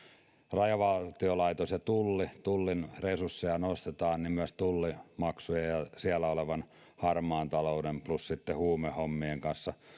rajavartiolaitos ja tulli kun tullin resursseja nostetaan niin myös tullimaksujen ja siellä olevan harmaan talouden plus huumehommien kanssa